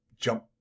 jump